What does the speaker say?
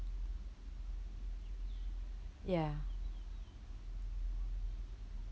ya